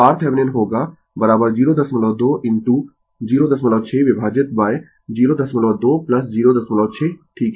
तो RThevenin होगा 02 into 06 विभाजित 02 06 ठीक है